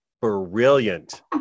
brilliant